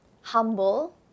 Humble